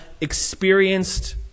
experienced